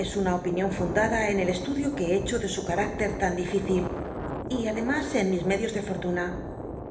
es una opinion fundada en el estudio que he hecho de su cmüclcr tan difícil y ademas en mis med ios de fotuna